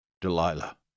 Delilah